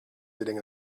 sitting